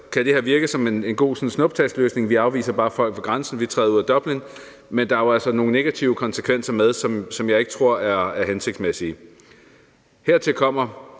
kan det virke som en god snuptagsløsning, at vi bare afviser folk ved grænsen og udtræder af Dublinforordningen, men det har jo altså nogle negative konsekvenser, som jeg ikke tror er hensigtsmæssige. Hertil kommer,